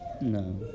No